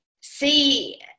see